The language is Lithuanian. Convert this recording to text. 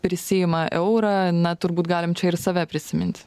prisiima eurą na turbūt galim čia ir save prisiminti